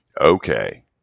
Okay